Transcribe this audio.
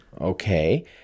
okay